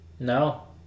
No